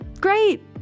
great